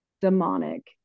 demonic